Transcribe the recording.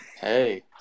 Hey